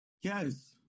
Yes